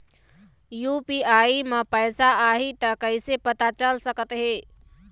UPI म पैसा आही त कइसे पता चल सकत हे?